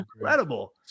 incredible